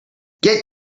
get